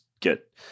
get